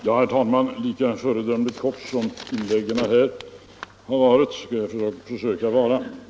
Herr talman! Lika föredömligt kortfattad som föregående talare har varit skall jag försöka vara.